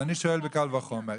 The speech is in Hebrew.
אז אני שואל בקל וחומר.